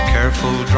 Careful